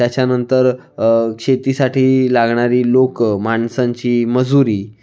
त्याच्यानंतर शेतीसाठी लागणारी लोकं माणसांची मजुरी